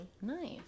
Nice